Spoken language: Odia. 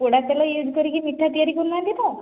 ପୋଡ଼ା ତେଲ ୟୁଜ୍ କରିକି ମିଠା ତିଆରି କରୁନାହାନ୍ତି ତ